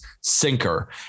sinker